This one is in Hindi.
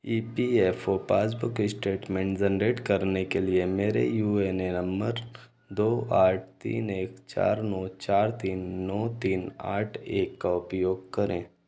ई P F O passbook statement generate करने के लिए मेरे यू एन ए नम्बर दो आठ तीन एक चार नौ चार तीन नौ तीन आठ एक का उपयोग करें